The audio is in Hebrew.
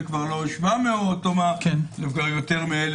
זה כבר לא 700 זה יותר מ-1,200,